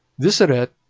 this arret,